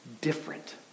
different